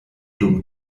dum